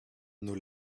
nos